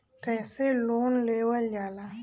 कैसे लोन लेवल जाला?